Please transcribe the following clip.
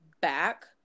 back